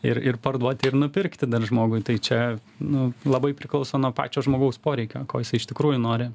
ir ir parduot ir nupirkti dar žmogui tai čia nu labai priklauso nuo pačio žmogaus poreikio ko jisai iš tikrųjų nori